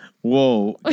Whoa